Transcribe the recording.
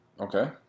Okay